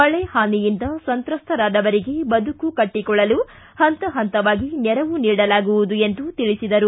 ಮಳೆ ಹಾನಿಯಿಂದ ಸಂತ್ರಸ್ಥರಾದವರಿಗೆ ಬದುಕು ಕಟ್ಟಿಕೊಳ್ಳಲು ಹಹತ ಹಂತವಾಗಿ ನೆರವು ನೀಡಲಾಗುವುದು ಎಂದು ತಿಳಿಸಿದರು